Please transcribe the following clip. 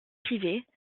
pivet